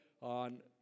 on